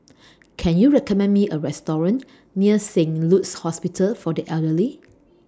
Can YOU recommend Me A Restaurant near Saint Luke's Hospital For The Elderly